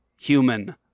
human